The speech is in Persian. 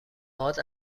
باد